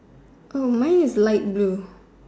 Oh mine is light blue